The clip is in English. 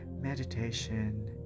meditation